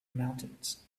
mountains